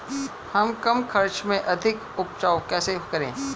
हम कम खर्च में अधिक उपज कैसे करें?